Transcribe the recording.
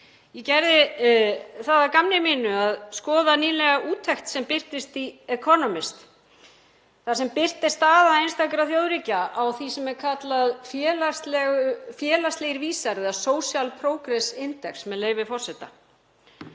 Ég gerði það að gamni mínu að skoða nýlega úttekt sem birtist í Economist þar sem birt er staða einstakra þjóðríkja á því sem er kallað félagslegir vísar eða Social Progress Index, með leyfi forseta.